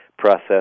process